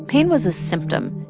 pain was a symptom,